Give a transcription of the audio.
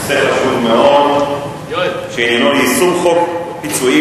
נושא חשוב מאוד שעניינו: יישום חוק פיצויים